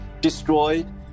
destroyed